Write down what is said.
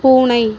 பூனை